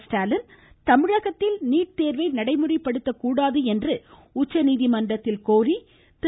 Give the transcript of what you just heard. ஸ்டாலின் தமிழகத்தின் நீட் தேர்வை நடைமுறைபடுத்தக் கூடாது என்று உச்சநீதிமன்றத்தில் கோரி திரு